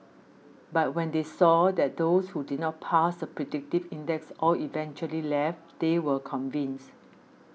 but when they saw that those who did not pass the predictive index all eventually left they were convinced